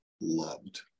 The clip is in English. loved